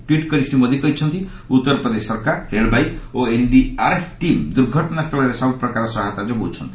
tweet କରି ଶ୍ରୀ ମୋଦି କହିଛନ୍ତି ଉତ୍ତରପ୍ରଦେଶ ସରକାର ରେଳବାଇ ଓ ଏନ୍ଡିଆର୍ଏଫ୍ ଟିମ୍ ଦୁର୍ଘଟଣାସ୍ଥଳୀରେ ସବୁପ୍ରକାର ସହାୟତା ଯୋଗାଉଛନ୍ତି